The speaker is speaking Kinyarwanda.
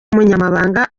umunyamabanga